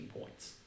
points